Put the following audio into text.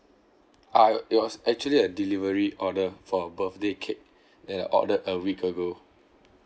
uh it was actually a delivery order for a birthday cake that I ordered a week ago